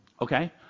Okay